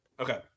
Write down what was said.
Okay